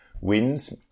wins